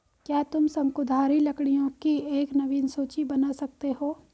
क्या तुम शंकुधारी लकड़ियों की एक नवीन सूची बना सकते हो?